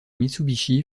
mitsubishi